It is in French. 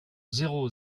zéro